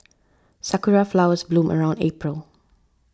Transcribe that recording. sakura flowers bloom around April